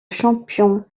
champion